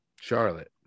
Charlotte